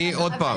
--- עוד פעם.